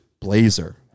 blazer